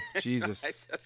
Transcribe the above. Jesus